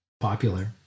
popular